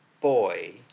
boy